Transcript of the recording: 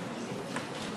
מקדמים בקימה את פני